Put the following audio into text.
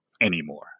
anymore